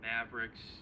Mavericks